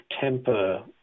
temper